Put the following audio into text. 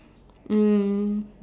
um